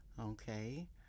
okay